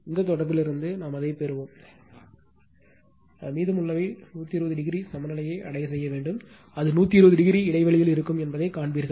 எனவே இது ஒரு உறவில் இருந்து நாம் அதைப் பெறுவோம் மீதமுள்ளவை 120o சமநிலையை அடைய செய்ய வேண்டும் அது 120o இடைவெளியில் இருக்கும் என்பதை காண்பீர்கள்